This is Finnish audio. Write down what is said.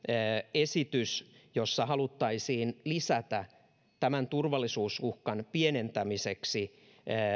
esitys jossa haluttaisiin lisätä tämän turvallisuusuhkan pienentämiseksi